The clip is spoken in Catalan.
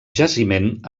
jaciment